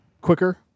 quicker